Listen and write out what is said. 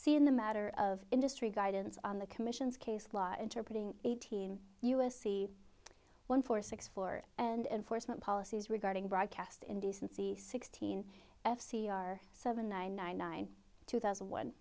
see in the matter of industry guidance on the commission's case law interpreting eighteen u s c one four six four and enforcement policies regarding broadcast indecency sixteen f c r seven nine nine nine two thousand